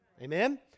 Amen